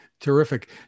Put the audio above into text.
terrific